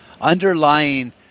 underlying